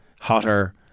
hotter